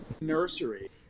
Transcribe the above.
nursery